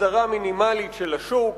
הסדרה מינימלית של השוק: